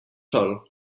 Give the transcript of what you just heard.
sol